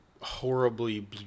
horribly